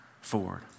forward